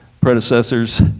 predecessors